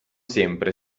sempre